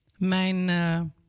Mijn